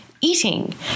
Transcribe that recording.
eating